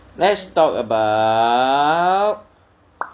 let's talk about